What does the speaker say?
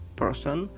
person